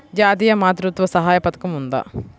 జాతీయ మాతృత్వ సహాయ పథకం ఉందా?